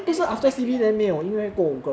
at least for my clique lah